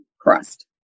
crust